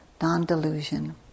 non-delusion